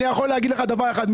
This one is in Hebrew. אני יכול להגיד לך דבר אחד,